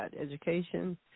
education